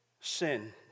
Sin